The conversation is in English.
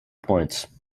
points